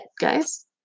guys